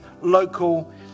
local